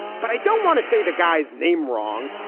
but i don't want to say the guy's name wrong.